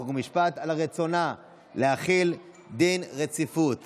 חוק ומשפט על רצונה להחיל דין רציפות